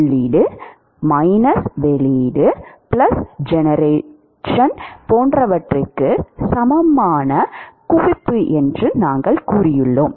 உள்ளீடு வெளியீடு ஜெனரேஷன் போன்றவற்றுக்கு சமமான குவிப்பு என்று நாங்கள் கூறியுள்ளோம்